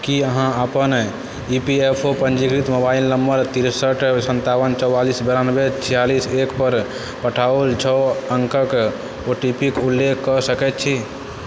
की अहाँ अपन E P F O पंजीकृत मोबाइल नंबर तिरसठि संतावन चौवालीस बेरानबे छिआलीस एक पर पठाओल छओ अङ्कके ओटीपीकेँ उल्लेख कऽ सकैत छी